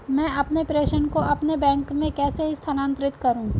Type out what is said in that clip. मैं अपने प्रेषण को अपने बैंक में कैसे स्थानांतरित करूँ?